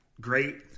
Great